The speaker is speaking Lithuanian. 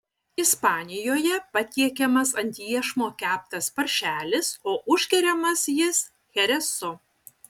ispanijoje patiekiamas ant iešmo keptas paršelis o užgeriamas jis cheresu